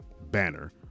banner